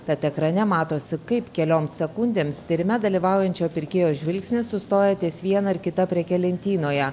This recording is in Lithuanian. tad ekrane matosi kaip kelioms sekundėms tyrime dalyvaujančio pirkėjo žvilgsnis sustoja ties viena ar kita preke lentynoje